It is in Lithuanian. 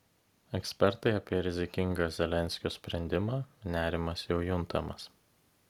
ekspertai apie rizikingą zelenskio sprendimą nerimas jau juntamas